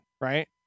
Right